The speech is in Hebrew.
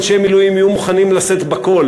אנשי מילואים יהיו מוכנים לשאת בכול